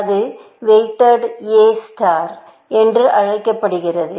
இது weighted A star என்று அழைக்கப்படுகிறது